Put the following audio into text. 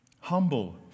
humble